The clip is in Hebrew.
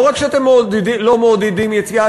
לא רק שאתם לא מעודדים יציאה,